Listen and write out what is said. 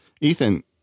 Ethan